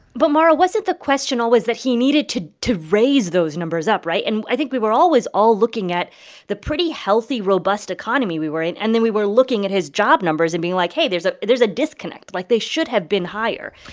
but mara, wasn't the question always that he needed to to raise those numbers up, right? and i think we were always all looking at the pretty healthy robust economy we were in. and then we were looking at his job numbers and being like, hey, there's ah there's a disconnect. like, they should have been higher.